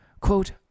Quote